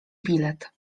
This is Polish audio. bilet